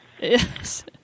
yes